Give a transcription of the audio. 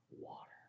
water